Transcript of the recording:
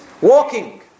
walking